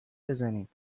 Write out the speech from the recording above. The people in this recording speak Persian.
بزنیم